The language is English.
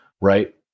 Right